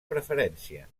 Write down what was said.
preferència